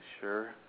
sure